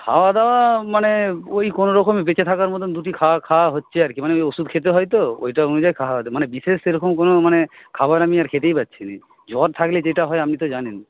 খাওয়া দাওয়া মানে ওই কোনওরকমে বেঁচে থাকার মতো দুটি খাওয়া খাওয়া হচ্ছে আর কি মানে ওই ওষুধ খেতে হয় তো ওইটা অনুযায়ী খাওয়া মানে বিশেষ সেরকম কোনও খাবার আমি আর খেতেই পারছি না জ্বর থাকলে যেটা হয় আপনি তো জানেন